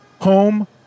home